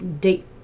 date